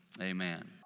amen